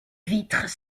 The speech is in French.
vitres